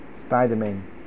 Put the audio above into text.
Spider-Man